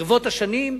ברבות השנים,